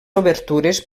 obertures